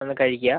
ഒന്ന് കഴിക്കുക